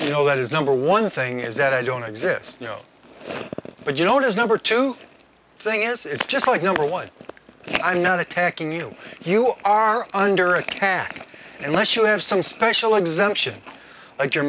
you know that is number one thing is that i don't exist but you don't is number two thing it's just like number one i'm not attacking you you are under attack unless you have some special exemption like you're